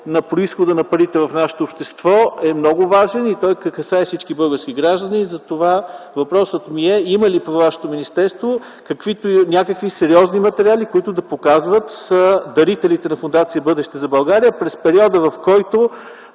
на произхода на парите в нашето общество е много важен и той касае всички български граждани. Затова въпросът ми е: има ли във вашето министерство някакви сериозни материали, които да показват дарителите на Фондация „Бъдеще за България” през периода, в който